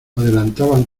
adelantaban